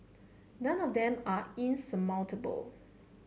none of them are insurmountable